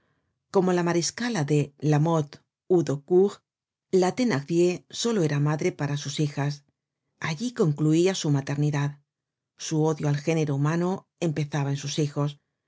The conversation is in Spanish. como la mariscala de lamothe houdaúcourt la thenardier solo era madre para sus hijas allí concluia su maternidad su odio al género humano empezaba en sus hijos